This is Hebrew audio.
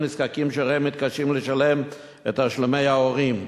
נזקקים שהוריהם מתקשים לשלם את תשלומי ההורים.